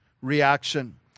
reaction